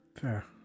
Fair